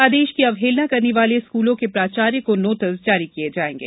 आदेश की अवहेलना करने वाले स्कूलों के प्राचार्य को नोटिस जारी किये जाएंगे